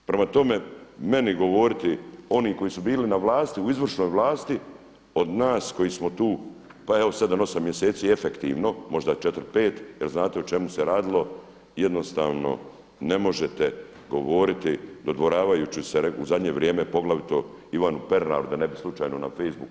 Prema tome, meni govoriti oni koji su bili na vlasti u izvršnoj vlasti od nas koji smo tu pa evo 7,8 mjeseci efektivno, možda 4, 5 jer znate o čemu se radilo jednostavno ne možete govoriti dodvoravajući se u zadnje vrijeme poglavito Ivanu Pernaru da ne bi slučajno na Facebooku.